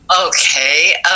Okay